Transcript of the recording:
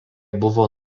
buvo